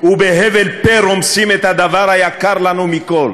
ובהבל פה רומסים את הדבר היקר לנו מכול,